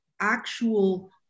actual